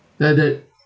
tha~ that